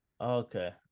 Okay